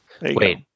wait